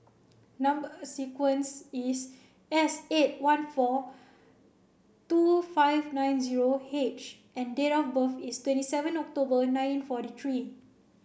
number sequence is S eight one four two five nine zero H and date of birth is twenty seven October nineteen forty three